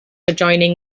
adjoining